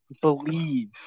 Believe